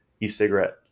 e-cigarette